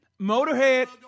Motorhead